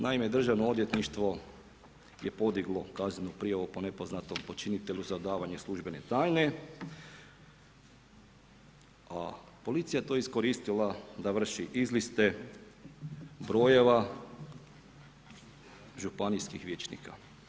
Naime, državno odvjetništvo je podiglo kaznenu prijavu po nepoznatom počinitelju za odavanje službene tajne, a policija je to iskoristila da vrši izliste brojeva županijskih vijećnika.